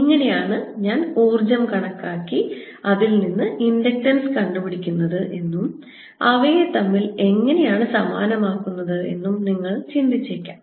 എങ്ങനെയാണ് ഞാൻ ഊർജ്ജം കണക്കാക്കി അതിൽ നിന്ന് ഇന്ന് ഇൻഡക്സൻസ് കണ്ടുപിടിക്കുന്നത് എന്നും അവയെ തമ്മിൽ എങ്ങനെയാണ് സമാനമാക്കുന്നത് എന്നും നിങ്ങൾ ചിന്തിച്ചേക്കാം